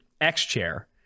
X-Chair